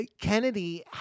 Kennedy